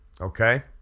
okay